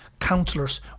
councillors